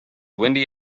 windy